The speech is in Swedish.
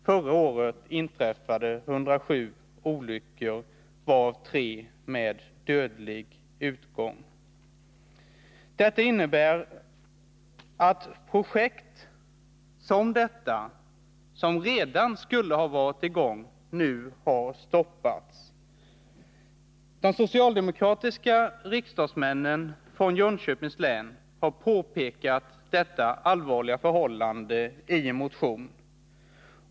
Förra året inträffade 107 olyckor, varav tre med dödlig utgång. Det har medfört att projekt som detta, som redan skulle ha varit i gång, nu har stoppats. De socialdemokratiska riksdagsmännen för Jönköpings län har påpekat detta allvarliga förhållande i en motion.